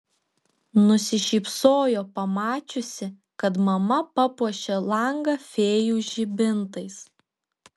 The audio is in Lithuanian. nusišypsojo pamačiusi kad mama papuošė langą fėjų žibintais